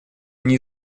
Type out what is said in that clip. они